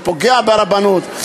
שפוגע ברבנות,